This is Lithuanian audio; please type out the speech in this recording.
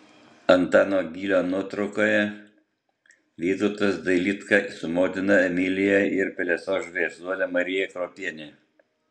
antano gylio nuotraukoje vytautas dailidka su motina emilija ir pelesos šviesuole marija kruopiene